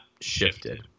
shifted